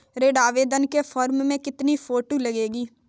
ऋण आवेदन के फॉर्म में कितनी फोटो लगेंगी?